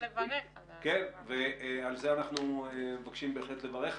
ל כך אנחנו מבקשים לברך.